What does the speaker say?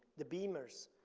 the beamers.